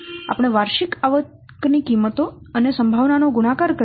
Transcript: તેથી આપણે વાર્ષિક આવક ની કિંમતો અને સંભાવના નો ગુણાકાર કરીશું